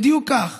בדיוק כך.